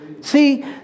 See